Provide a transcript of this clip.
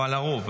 אבל הרוב,